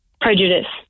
prejudice